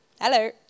Hello